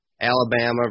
Alabama